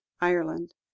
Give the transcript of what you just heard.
Ireland